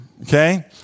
Okay